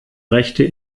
rechte